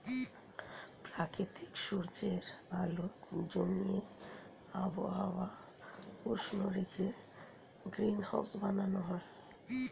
প্রাকৃতিক সূর্যের আলো জমিয়ে আবহাওয়া উষ্ণ রেখে গ্রিনহাউস বানানো হয়